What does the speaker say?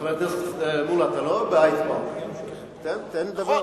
חבר הכנסת מולה, אתה לא בהייד-פארק, תן לדבר.